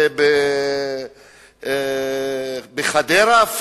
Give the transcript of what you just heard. אפילו בחדרה,